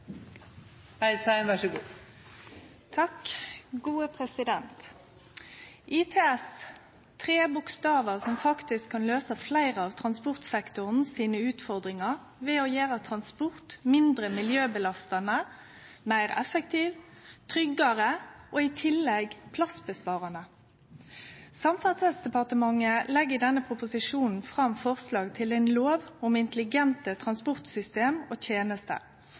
ITS – tre bokstavar som faktisk kan løyse fleire av transportsektoren sine utfordringar ved å gjere transport mindre miljøbelastande, meir effektiv, tryggare og i tillegg plassøkonomisk. Samferdselsdepartementet legg i denne proposisjonen fram forslag til ein lov om intelligente transportsystem og